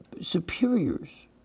superiors